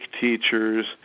teachers